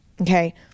okay